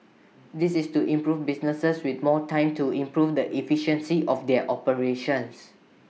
this is to improve businesses with more time to improve the efficiency of their operations